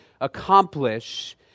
accomplish